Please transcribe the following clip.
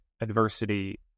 adversity